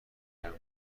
کردم